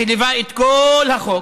שליווה את כל החוק,